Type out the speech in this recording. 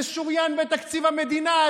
זה שוריין בתקציב המדינה,